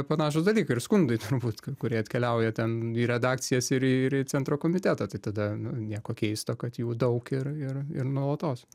panašūs dalykai ir skundai turbūt kurie atkeliauja ten į redakcijas ir į ir į centro komitetą tai tada nu nieko keisto kad jų daug ir ir ir nuolatos